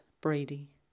Brady